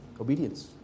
obedience